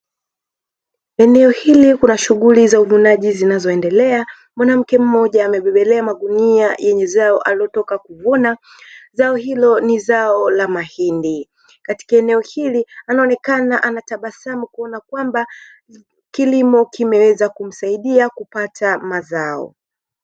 Eneo hili kuna shughuli za uvunaji zinaendelea, mwanamke mmoja amebebelea magunia yenye mazao aliyotoka kuvuna. Zao hilo ni zao la mahindi. Katika eneo hili anaonekana anatabasamu kwamba kilimo kimeweza kumsaidia kupata mazao.